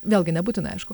vėlgi nebūtinai aišku